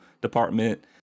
department